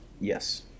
Yes